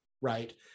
right